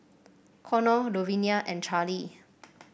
Connor Luvinia and Charlie